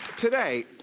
Today